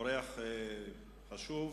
אורח חשוב,